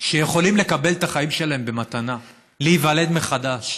שיכולים לקבל את החיים שלהם במתנה, להיוולד מחדש.